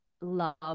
love